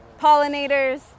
pollinators